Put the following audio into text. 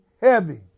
heavy